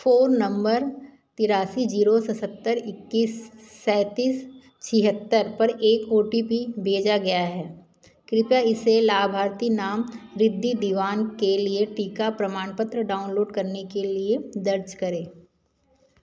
phone number तिरासी zero सतहत्तर इक्कीस सेंतीस छिहत्तर पर एक ओ टी पी भेजा गया है कृपया इसे लाभार्थी नाम रिद्धि दीवान के लिए टीका प्रमाणपत्र डाउनलोड करने के लिए दर्ज करें